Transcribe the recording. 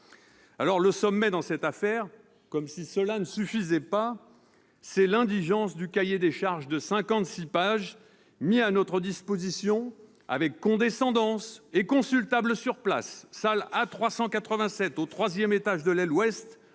! Le sommet dans cette affaire, comme si cela ne suffisait pas, c'est l'indigence du cahier des charges de cinquante-six pages mis à notre disposition avec condescendance et consultable sur place, salle A 387, au troisième étage de l'aile ouest,